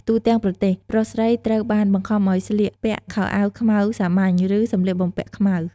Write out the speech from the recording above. ទូទាំងប្រទេស ប្រុសស្រីត្រូវបានបង្ខំឱ្យស្លៀកពាក់ខោអាវខ្មៅសាមញ្ញ ឬ "សំលៀកបំពាក់ខ្មៅ"។